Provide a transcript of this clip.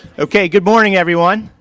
okay good morning everyone,